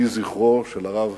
יהי זכרו של הרב